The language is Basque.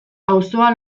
auzoa